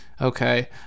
okay